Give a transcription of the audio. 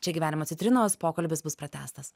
čia gyvenimo citrinos pokalbis bus pratęstas